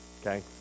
Okay